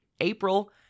April